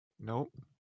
Nope